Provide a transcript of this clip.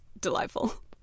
delightful